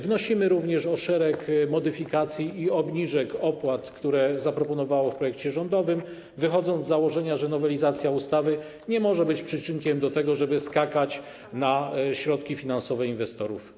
Wnosimy również o szereg modyfikacji i obniżek opłat, które zaproponowano w projekcie rządowym, wychodząc z założenia, że nowelizacja ustawy nie może być przyczynkiem do tego, żeby skakać na środki finansowe inwestorów.